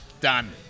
done